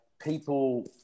people